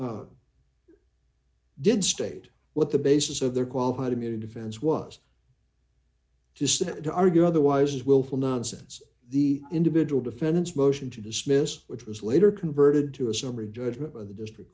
pelleas did state what the basis of their qualified immunity fence was to send to argue otherwise is willful nonsense the individual defendants motion to dismiss which was later converted to a summary judgment by the district